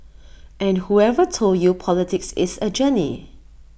and whoever told you politics is A journey